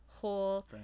whole